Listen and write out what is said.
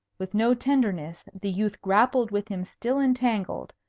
with no tenderness, the youth grappled with him still entangled,